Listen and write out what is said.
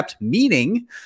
meaning